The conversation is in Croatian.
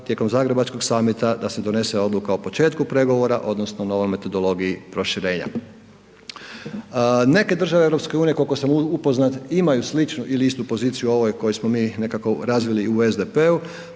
tijekom zagrebačkog summita da se donese odluka o početku pregovora, odnosno novoj metodologiji proširenja. Neke države EU koliko sam upoznat imaju sličnu ili istu poziciju ovoj koju smo mi nekako razvili u SDP-u